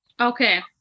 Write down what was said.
Okay